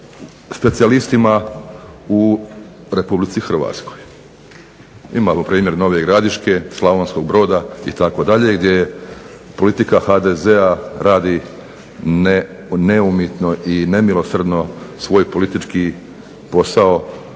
u Republici Hrvatskoj. Imamo primjer Nove Gradiške, Slavonskog Broda itd. gdje politika HDZ-a radi neumitno i nemilosrdno svoj politički posao